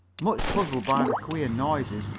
much puzzled by the queer noises,